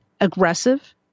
aggressive